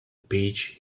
page